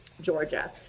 georgia